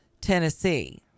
Tennessee